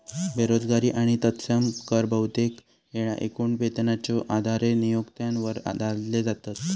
बेरोजगारी आणि तत्सम कर बहुतेक येळा एकूण वेतनाच्यो आधारे नियोक्त्यांवर लादले जातत